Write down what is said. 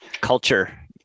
culture